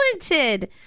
talented